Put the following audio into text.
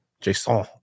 Jason